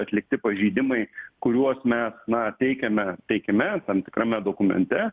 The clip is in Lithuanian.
atlikti pažeidimai kuriuos mes na teikiame teikime tam tikrame dokumente